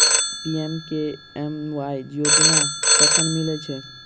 PMKMY योजना कखन मिलय छै?